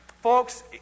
Folks